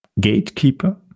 gatekeeper